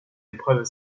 épreuves